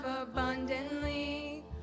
abundantly